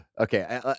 Okay